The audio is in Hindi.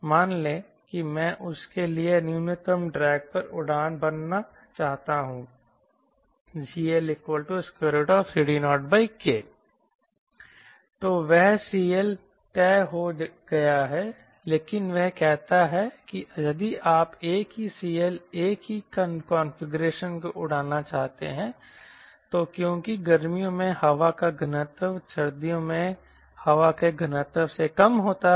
मान लें कि मैं उसके लिए न्यूनतम ड्रैग पर उड़ान भरना चाहता हूं CLCD0K तो वह CL तय हो गया है लेकिन वह कहता है कि यदि आप एक ही CL एक ही कॉन्फ़िगरेशन को उड़ाना चाहते हैं तो क्योंकि गर्मियों में हवा का घनत्व सर्दियों में हवा के घनत्व से कम होता है